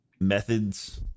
methods